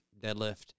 deadlift –